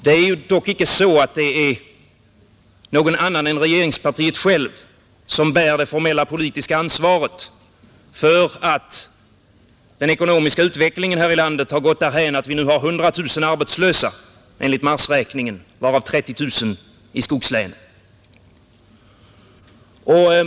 Det är dock ingen annan än regeringen själv som bär det formella politiska ansvaret för att den ekonomiska utvecklingen här i landet har gått därhän att vi nu har 100 000 arbetslösa — enligt marsräkningen — varav 30 000 i skogslänen.